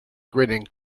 grinning